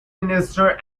minister